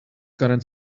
current